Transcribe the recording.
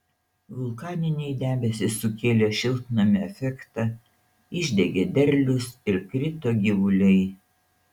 vulkaniniai debesys sukėlė šiltnamio efektą išdegė derlius ir krito gyvuliai